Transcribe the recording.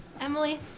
Emily